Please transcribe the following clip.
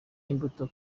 imbuto